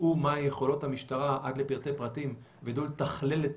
ידעו מה יכולות המשטרה עד לפרטי פרטים וידעו לתכנן את